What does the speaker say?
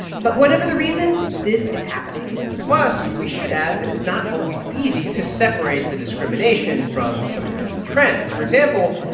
but whatever the reason, this is happening plus, we should add that it's not always easy to separate the discrimination from some of these trends. for example,